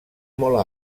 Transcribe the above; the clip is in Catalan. molt